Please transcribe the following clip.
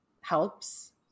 helps